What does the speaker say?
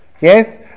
yes